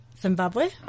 Zimbabwe